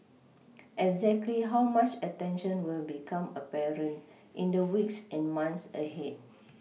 exactly how much attention will become apparent in the weeks and months ahead